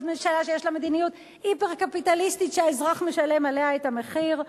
עוד ממשלה שיש לה מדיניות היפר-קפיטליסטית שהאזרח משלם עליה את המחיר,